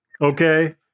Okay